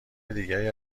دیگری